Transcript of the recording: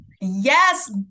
Yes